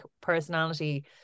personality